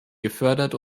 gefördert